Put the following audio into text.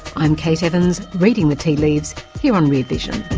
i'm kate evans, reading the tea leaves here on rear vision